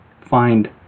find